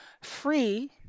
free